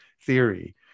theory